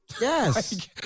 Yes